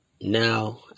now